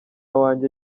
wanjye